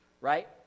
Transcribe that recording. right